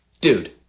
dude